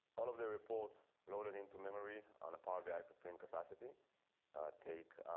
all of their reports loaded into memory on a power back up in capacity take